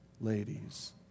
ladies